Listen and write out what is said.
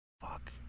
fuck